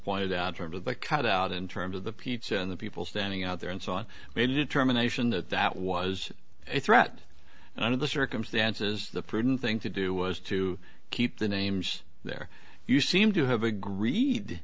pointed out terms of the cutout in terms of the pizza and the people standing out there and so on may determination that that was a threat under the circumstances the prudent thing to do was to keep the names there you seem to have agreed